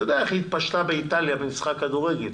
אני יודע איך היא התפשטה באיטליה במשחק כדורגל